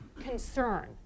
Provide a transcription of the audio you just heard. concern